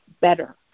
better